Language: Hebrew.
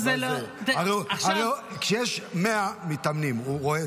הרי כשיש 100 מתאמנים הוא רואה,